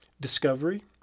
discovery